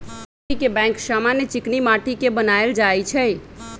माटीके बैंक समान्य चीकनि माटि के बनायल जाइ छइ